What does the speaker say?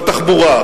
בתחבורה,